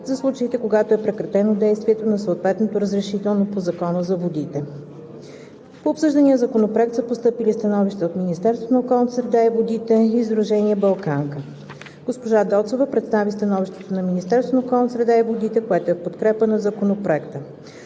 за случаите, когато е прекратено действието на съответното разрешително по Закона за водите. По обсъждания законопроект са постъпили становища от Министерство на околната среда и водите и Сдружение „Балканка“. Госпожа Доцова представи становището на Министерството на околната среда и водите, което е в подкрепа на Законопроекта.